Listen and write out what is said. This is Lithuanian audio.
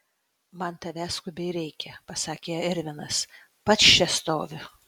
man tavęs skubiai reikia pasakė ervinas pats čia stoviu